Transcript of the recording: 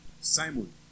Simon